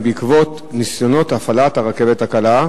והם